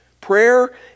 Prayer